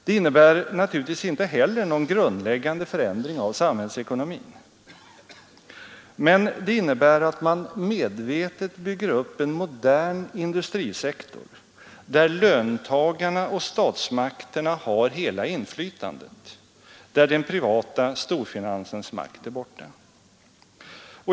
Det innebär naturligtvis inte heller någon 109 grundläggande förändring av samhällsekonomin, men det innebär att man medvetet bygger upp en modern industrisektor, där löntagarna och statsmakterna har hela inflytandet, där den privata storfinansens makt är borta.